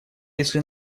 если